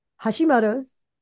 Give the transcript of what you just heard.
Hashimoto's